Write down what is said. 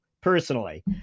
personally